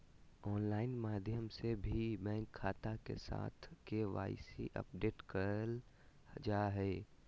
online माध्यम से भी बैंक खाता के साथ के.वाई.सी अपडेट करल जा हय